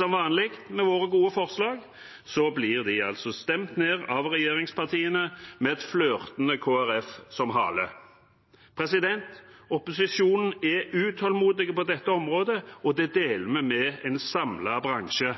Som vanlig med våre gode forslag blir de altså stemt ned av regjeringspartiene, med et flørtende Kristelig Folkeparti som haleheng. Opposisjonen er utålmodig på dette området, og det deler vi med en samlet bransje.